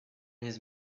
his